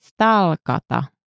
Stalkata